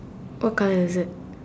what colour is it